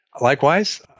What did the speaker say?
Likewise